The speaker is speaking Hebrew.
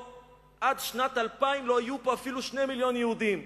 עד שנת 2000 לא יהיו פה אפילו 2 מיליוני יהודים.